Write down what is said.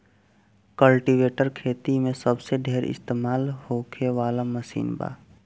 cultivator खेती मे सबसे ढेर इस्तमाल होखे वाला मशीन बा